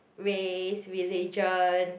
race religion